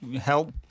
help